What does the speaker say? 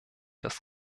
das